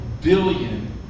billion